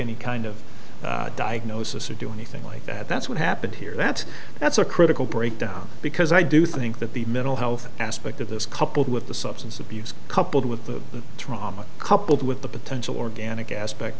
any kind of diagnosis or do anything like that that's what happened here that that's a critical breakdown because i do think that the mental health aspect of this coupled with the substance abuse coupled with the trauma coupled with the potential organic aspect